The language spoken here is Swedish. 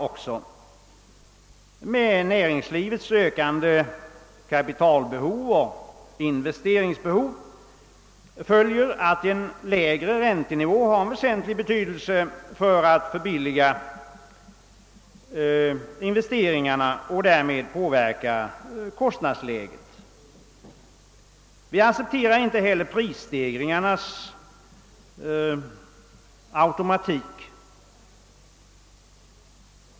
Med näringslivets ökande kapitalbehov och investeringsbehov följer att en lägre räntenivå har en väsentlig betydelse för att förbilliga investeringarna och därmed påverka kostnadsläget. Vi accepterar inte heller prisstegringarnas automatik.